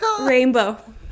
rainbow